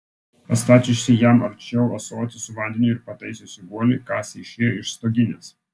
pastačiusi jam arčiau ąsotį su vandeniu ir pataisiusi guolį kasė išėjo iš stoginės